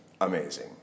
Amazing